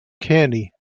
kearny